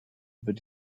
wird